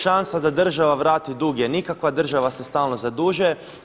Šansa da država vrati dug je nikakva, država se stalno zadužuje.